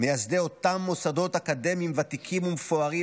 מייסדי אותם מוסדות אקדמיים ותיקים ומפוארים,